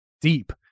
deep